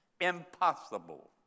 Impossible